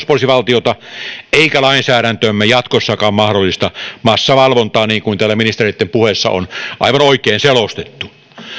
poliisivaltiota eikä lainsäädäntömme jatkossakaan mahdollista massavalvontaa niin kuin täällä ministereitten puheissa on aivan oikein selostettu